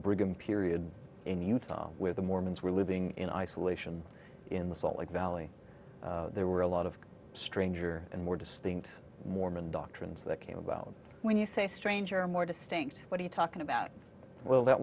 brigham period in utah where the mormons were living in isolation in the salt lake valley there were a lot of stranger and more distinct mormon doctrines that came about when you say strange or more distinct what are you talking about well that